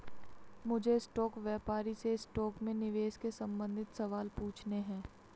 मुझे स्टॉक व्यापारी से स्टॉक में निवेश के संबंधित सवाल पूछने है